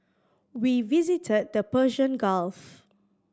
we visited the Persian Gulf